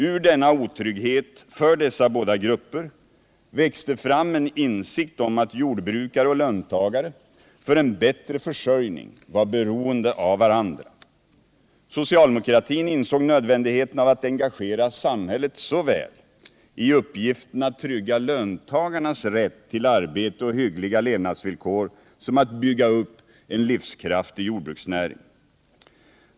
Ur denna otrygghet för dessa båda grupper växte fram en insikt om att jordbrukare och löntagare för en bättre försörjning var beroende av varandra. Socialdemokratin insåg nödvändigheten av att engagera samhället såväl i uppgiften att trygga löntagarnas rätt till arbete och hyggliga levnadsvillkor som i uppgiften att bygga upp en livskraftig jordbruksnäring.